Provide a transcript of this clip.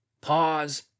Pause